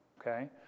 okay